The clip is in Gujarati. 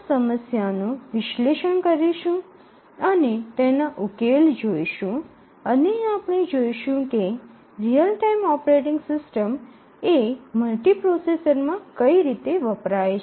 આપણે આ સમસ્યાનું વિશ્લેષણ કરીશું અને તેના ઉકેલ જોઈશું અને આપણે જોઈશું કે રીઅલ ટાઇમ ઓપરેટિંગ સિસ્ટમ એ મલ્ટીપ્રોસેસર માં કઈ રીતે વપરાય છે